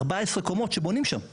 14 קומות שבונים שם בוולאג'ה,